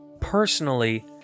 personally